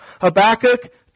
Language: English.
Habakkuk